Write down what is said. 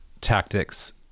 tactics